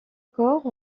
corps